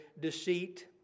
Deceit